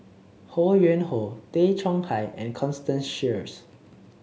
Ho Yuen Hoe Tay Chong Hai and Constance Sheares